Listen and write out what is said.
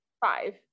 Five